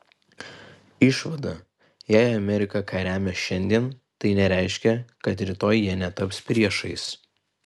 išvada jei amerika ką remia šiandien tai nereiškia kad rytoj jie netaps priešais